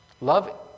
Love